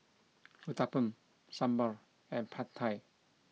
Uthapam Sambar and Pad Thai